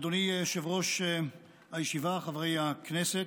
אדוני יושב-ראש הישיבה, חברי הכנסת,